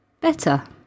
better